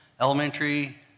elementary